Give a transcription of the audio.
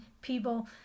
people